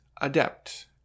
adept